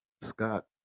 Scott